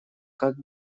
как